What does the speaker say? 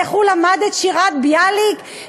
איך הוא למד את שירת ביאליק,